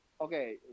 okay